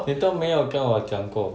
你都没有跟我讲过